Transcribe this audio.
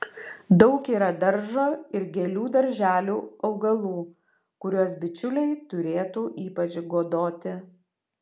daug yra daržo ir gėlių darželių augalų kuriuos bičiuliai turėtų ypač godoti